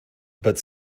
but